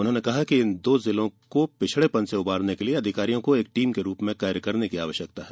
उन्होंने कहा कि इन दो जिलों को पिछड़ेपन से उबारने के लिए अधिकारियों को एक टीम के रूप में कार्य करने की आवश्यकता है